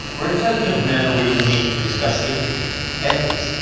where intelligent men and women meet to discuss literature, ethics.